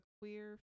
queer